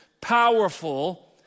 powerful